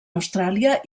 austràlia